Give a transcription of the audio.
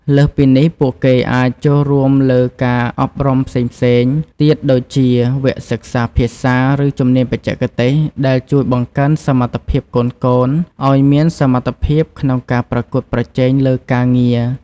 លើសពីនេះ ពួកគេអាចចូលរួមលើការអប់រំផ្សេងៗទៀតដូចជា វគ្គសិក្សាភាសា ឬជំនាញបច្ចេកទេស ដែលជួយបង្កើនសមត្ថភាពកូនៗឱ្យមានសមត្ថភាពក្នុងការប្រកួតប្រជែងលើការងារ។